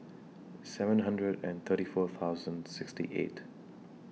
seven hundred and thirty four thousand sixty eight